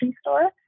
store